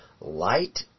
light